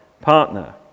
partner